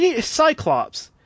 Cyclops